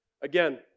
Again